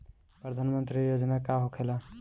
प्रधानमंत्री योजना का होखेला?